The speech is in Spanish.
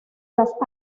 las